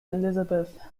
elizabeth